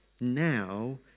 Now